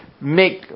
make